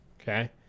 okay